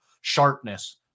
sharpness